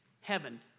heaven